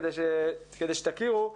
כדי שתכירו.